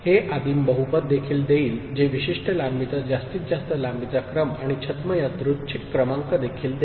हे आदिम बहुपद देखील देईल जे विशिष्ट लांबीचा जास्तीत जास्त लांबीचा क्रम आणि छद्म यादृच्छिक क्रमांक देखील देईल